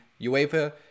UEFA